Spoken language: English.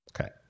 Okay